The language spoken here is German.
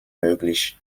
möglich